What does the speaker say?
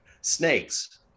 Snakes